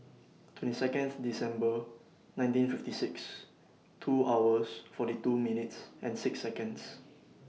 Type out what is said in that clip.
twenty Seconds December nineteen fifty six two hours forty two minutes and six Seconds